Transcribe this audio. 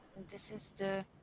and this is the